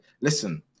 listen